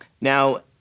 Now